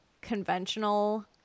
conventional